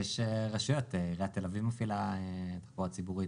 עיריית תל אביב מפעילה תחבורה ציבורית,